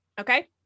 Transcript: Okay